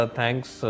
thanks